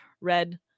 red